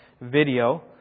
video